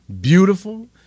beautiful